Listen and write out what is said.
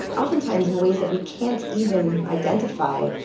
oftentimes in ways that we can't even identify.